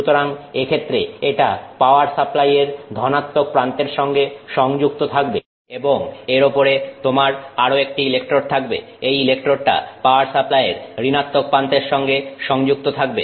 সুতরাং এক্ষেত্রে এটা পাওয়ার সাপ্লাই এর ধনাত্মক প্রান্তের সঙ্গে সংযুক্ত থাকবে এবং এর উপরে তোমার আরো একটি ইলেকট্রোড থাকবে এই ইলেকট্রোডটা পাওয়ার সাপ্লাইয়ের ঋণাত্মক প্রান্তের সঙ্গে সংযুক্ত থাকবে